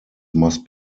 must